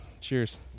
Cheers